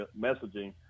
messaging